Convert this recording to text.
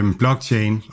blockchain